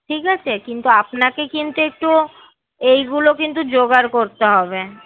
ঠিক আছে কিন্তু আপনাকে কিন্তু একটু এইগুলো কিন্তু জোগাড় করতে হবে